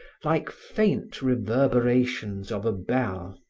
like faint reverberations of a bell.